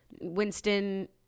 Winston